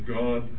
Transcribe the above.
god